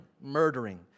murdering